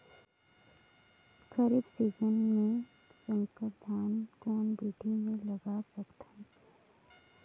खरीफ season मे संकर धान कोन विधि ले लगा सकथन?